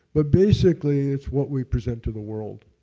but basically it's what we present to the world,